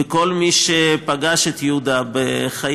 וכל מי שפגש את יהודה בחייו,